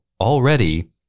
already